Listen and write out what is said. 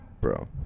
Bro